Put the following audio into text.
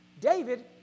David